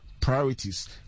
priorities